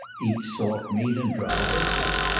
eat salt meat and dry biscuits.